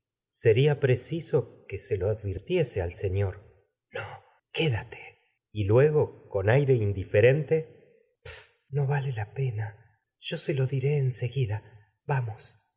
seria preciso que se lo advirtiese al señor no quédate y luego con aire indiferente pech no vale la pena yo se lo diré en segui da vamos